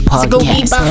Podcast